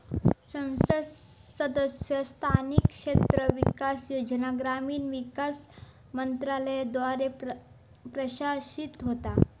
संसद सदस्य स्थानिक क्षेत्र विकास योजना ग्रामीण विकास मंत्रालयाद्वारा प्रशासित होता